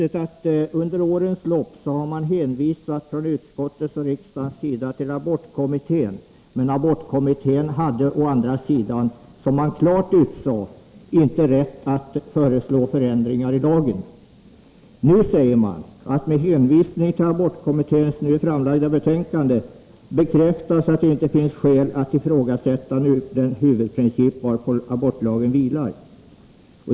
Under årens lopp har utskottet och riksdagen hänvisat till abortkommittén, men den hade, som man klart utsagt, inte rätt att föreslå förändringar i lagen. Nu säger man att med hänvisning till abortkommitténs nu framlagda betänkande bekräftas att det inte finns skäl att ifrågasätta den huvudprincip varpå lagen vilar.